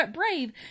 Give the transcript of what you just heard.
brave